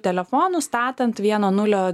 telefonu statant vieno nulio